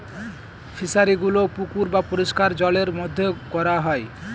ফিশারিগুলো পুকুর বা পরিষ্কার জলের মধ্যে করা হয়